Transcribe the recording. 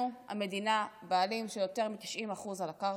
אנחנו, המדינה, בעלים של יותר מ-90% של הקרקע.